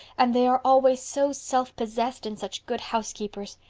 and they are always so selfpossessed and such good housekeepers.